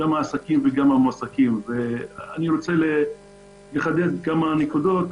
העסקים והמועסקים, ואני רוצה לחדד כמה נקודות